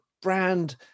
brand